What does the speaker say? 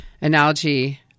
analogy